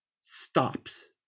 stops